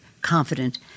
confident